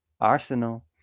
Arsenal